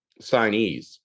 signees